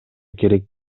керек